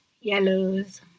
yellows